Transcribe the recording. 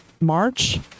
March